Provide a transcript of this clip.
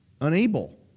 unable